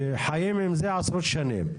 שחיים עם זה עשרות שנים.